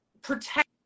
protect